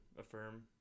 affirm